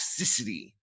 toxicity